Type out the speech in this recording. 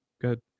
good